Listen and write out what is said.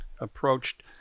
approached